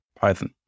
Python